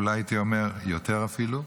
ואולי הייתי אומר יותר אפילו,